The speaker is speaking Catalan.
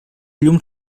llum